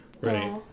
right